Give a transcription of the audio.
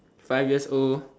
five years old